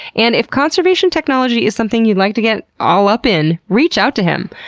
and if conservation technology is something you'd like to get all up in, reach out to him.